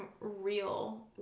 real